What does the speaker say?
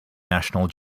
national